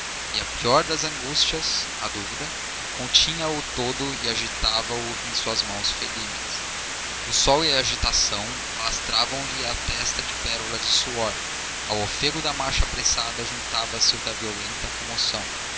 e a pior das angústias a dúvida continha o todo e agitava o em suas mãos felinas o sol e a agitação alastravamlhe a testa de pérolas de suor ao ofego da marcha apressada juntava-se o da violenta comoção